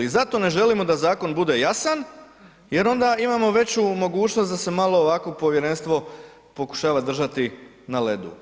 I zato ne želimo da zakon bude jasan jer onda imamo veću mogućnost da se malo ovako povjerenstvo pokušava držati na ledu.